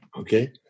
Okay